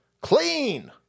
Clean